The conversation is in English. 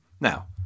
Now